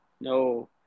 No